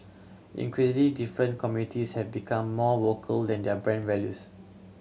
increasingly different communities have become more vocal than their brand values